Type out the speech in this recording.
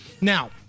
Now